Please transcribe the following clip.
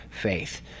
faith